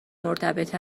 مرتبط